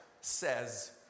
says